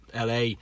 LA